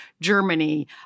Germany